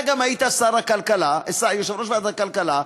אתה היית גם יושב-ראש ועדת הכלכלה,